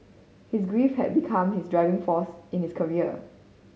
his grief had become his driving force in his career